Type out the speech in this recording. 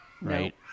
right